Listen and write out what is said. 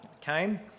came